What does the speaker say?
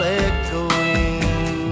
echoing